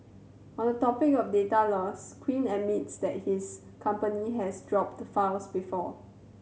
on the topic of data loss Quinn admits that his company has dropped files before